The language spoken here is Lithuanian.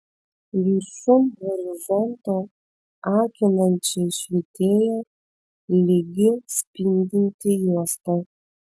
viršum horizonto akinančiai švytėjo lygi spindinti juosta